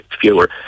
fewer